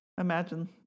imagine